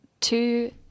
two